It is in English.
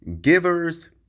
givers